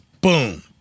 boom